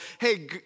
hey